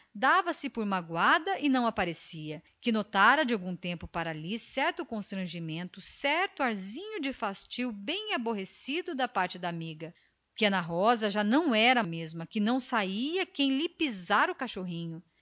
dera-se por magoada e não lhe aparecia que de algum tempo àquela parte notava lhe certo arzinho de constrangimento e fastio bem aborrecido a anica já não era a mesma não sabia quem lhe pisara o cachorrinho